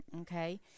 Okay